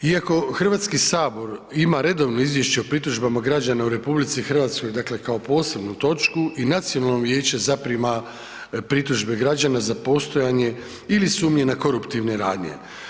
Iako Hrvatski sabor ima redovno izvješće o pritužbama građana u RH, dakle kao posebnu točku i nacionalno vijeće zaprima pritužbe građana za postojanje ili sumnje na koruptivne radnje.